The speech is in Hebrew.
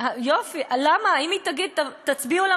אם הם יגידו: תצביעו רק